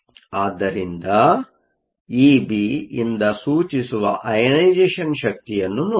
ಆದ್ದರಿಂದ Eb ಇಂದ ಸೂಚಿಸುವ ಅಯನೆಸೇಷ಼ನ್ ಶಕ್ತಿಯನ್ನು ನೋಡಿರಿ